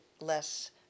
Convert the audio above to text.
less